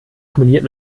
kombiniert